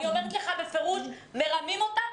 אני אומרת לך בפירוש: מרמים אותם.